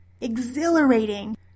exhilarating